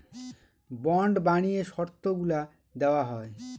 bond বানিয়ে শর্তগুলা দেওয়া হয়